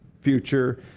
future